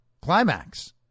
climax